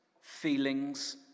feelings